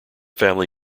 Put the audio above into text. family